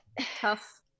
tough